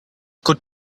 could